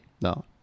No